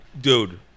Dude